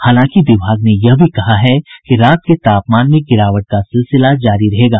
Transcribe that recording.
हालांकि विभाग ने यह भी कहा है कि रात के तापमान में गिरावट का सिलसिला जारी रहेगा